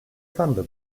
thunder